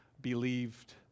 believed